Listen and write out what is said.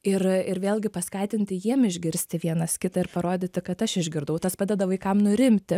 ir ir vėlgi paskatinti jiem išgirsti vienas kitą ir parodyti kad aš išgirdau tas padedavaikam nurimti